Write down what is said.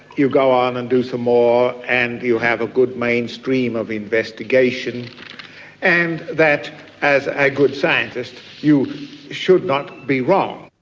you go on and do some more and you have a good mainstream of investigation and that as a good scientist you should not be wrong.